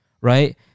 right